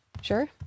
Sure